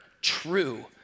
true